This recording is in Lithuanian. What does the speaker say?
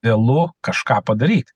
vėlu kažką padaryt